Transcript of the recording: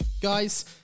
Guys